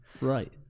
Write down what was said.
Right